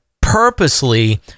purposely